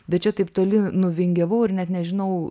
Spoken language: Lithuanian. bet čia taip toli nuvingiavau ir net nežinau